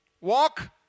Walk